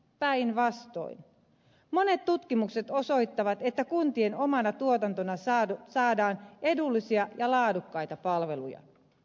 päinvastoin monet tutkimukset osoittavat että kuntien omana tuotantona saadaan edullisia ja laadukkaita palveluja